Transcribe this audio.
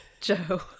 Joe